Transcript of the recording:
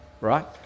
Right